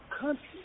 country